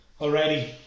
Already